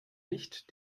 nicht